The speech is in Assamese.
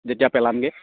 যেতিয়া পেলামগৈ